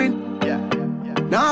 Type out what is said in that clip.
Now